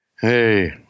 Hey